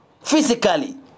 physically